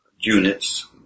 Units